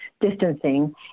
distancing